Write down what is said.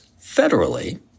federally